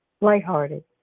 Lighthearted